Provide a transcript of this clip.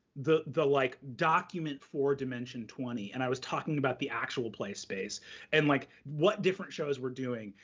the the like document for dimension twenty, and i was talking about the actual play space and like what different shows were doing,